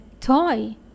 toy